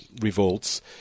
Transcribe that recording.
revolts